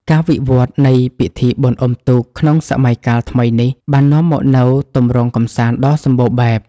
ការវិវត្តនៃពិធីបុណ្យអុំទូកក្នុងសម័យកាលថ្មីនេះ បាននាំមកនូវទម្រង់កម្សាន្តដ៏សម្បូរបែប។